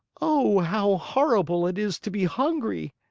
oh, how horrible it is to be hungry!